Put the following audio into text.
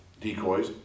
decoys